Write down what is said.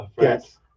yes